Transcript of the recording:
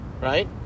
right